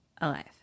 alive